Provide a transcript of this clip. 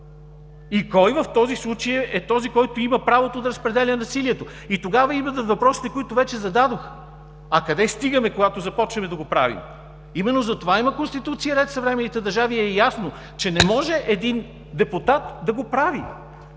и кой в този случай е този, който има правото да разпределя насилието. И тогава идват въпросите, които вече зададох. А къде стигаме, когато започнем да го правим? Именно затова има Конституция и ред в съвременните държави и е ясно, че не може един депутат да го прави.